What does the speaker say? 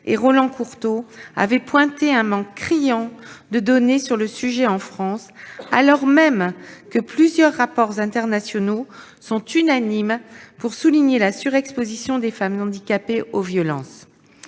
et Roland Courteau avait souligné un manque criant de données sur le sujet en France, alors même que plusieurs rapports internationaux sont unanimes pour souligner la surexposition des femmes handicapées aux violences.